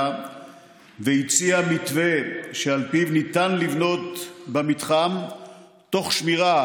והציע מתווה שעל פיו ניתן לבנות במתחם תוך שמירה,